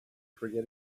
forget